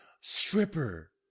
stripper